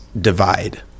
divide